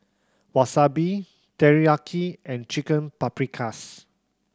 Wasabi Teriyaki and Chicken Paprikas